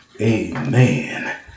Amen